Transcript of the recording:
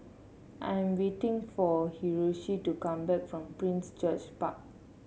I'm waiting for Hiroshi to come back from Prince George Park